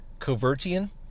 Covertian